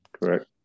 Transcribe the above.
Correct